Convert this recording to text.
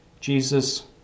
Jesus